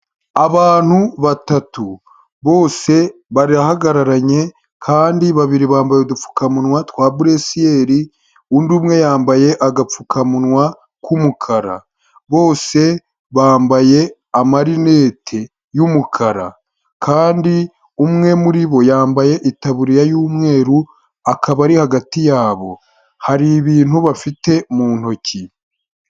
Abantu batatu bose barahagararanye kandi babiri bambaye udupfukamunwa twa buresiyeri, undi umwe yambaye agapfukamunwa k'umukara bose bambaye amarinete y'umukara, kandi umwe muri bo yambaye itaburiya y'umweru akaba ari hagati yabo, hari ibintu bafite mu ntoki.